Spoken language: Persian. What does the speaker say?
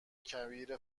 کبیر